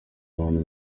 abantu